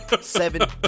seven